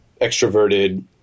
extroverted